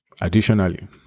Additionally